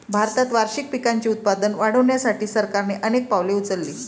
भारतात वार्षिक पिकांचे उत्पादन वाढवण्यासाठी सरकारने अनेक पावले उचलली